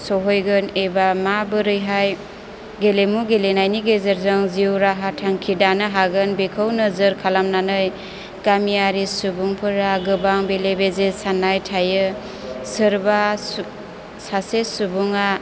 सहैगोन एबा माबोरैहाय गेलेमु गेलेनायनि गेजेरजों जिउ राहा थांखि दानो हागोन बेखौ नोजोर खालामनानै गामियारि सुबुंफोरा गोबां बेले बेजे साननाय थायो सोरबा सासे सुबुङा